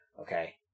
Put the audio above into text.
Okay